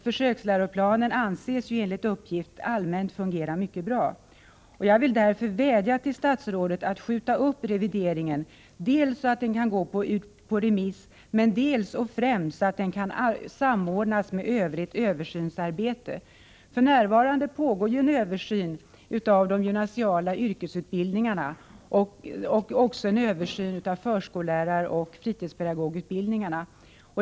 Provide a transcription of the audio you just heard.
Försöksläroplanen anses, enligt uppgift, allmänt fungera mycket bra. Jag vill vädja till statsrådet att skjuta upp revideringen så att den dels kan gå ut på remiss, dels och framför allt kan samordnas med övrigt översynsarbete. För närvarande pågår ju dels en översyn av de gymnasiala yrkesutbildningarna, dels en översyn av förskolläraroch fritidspedagogutbildningarna.